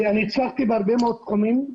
אני הצלחתי בהרבה מאוד תחומים,